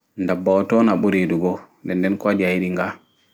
Nɗaɓɓawa toi on a ɓuri yiɗugo nɗen nɗen ko waɗi a yiɗi nga